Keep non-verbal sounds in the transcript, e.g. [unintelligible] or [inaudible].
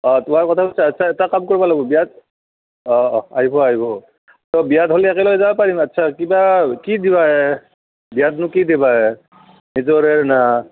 অ তোহাৰ কথা সুধছিল আচ্ছা এটা কাম কৰিবা লাগিব বিয়াৰ অ আহিব আহিব বিয়াত হলি একেলগে যাব পাৰিম আচ্ছা কিবা কি দিবা এ বিয়াতনো কি দিবা এ [unintelligible]